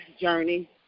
Journey